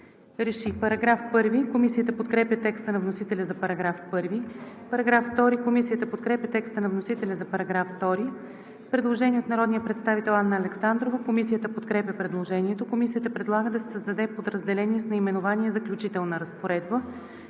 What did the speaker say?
събрание“. Комисията подкрепя текста на вносителя за § 1. Комисията подкрепя текста на вносителя за § 2. Предложение от народния представител Анна Александрова. Комисията подкрепя предложението. Комисията предлага да се създаде подразделение с наименование „Заключителна разпоредба“.